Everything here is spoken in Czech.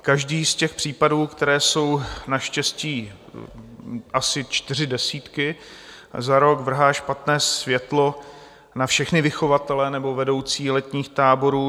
Každý z těch případů, kterých jsou naštěstí asi čtyři desítky za rok, vrhá špatné světlo na všechny vychovatele nebo vedoucí letních táborů.